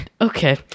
Okay